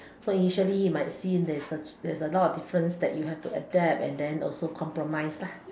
so initially might seem there's a there's a lot of difference that you have to adapt and then also compromise lah